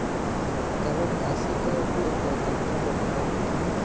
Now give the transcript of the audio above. कवकनाशी का उपयोग कर कवकों को मारा जाता है